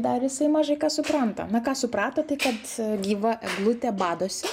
dar jisai mažai ką supranta na ką suprato tai kad gyva eglutė badosi